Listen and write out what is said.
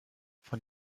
von